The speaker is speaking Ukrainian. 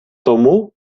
тому